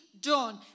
done